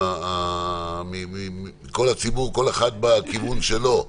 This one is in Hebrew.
כל אחד בכיוון שלו,